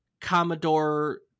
Commodore